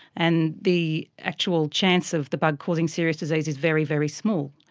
and the actual chance of the bug causing serious disease is very, very small.